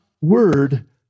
word